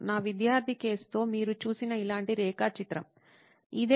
నా విద్యార్థి కేసుతో మీరు చూసిన ఇలాంటి రేఖాచిత్రం ఇదే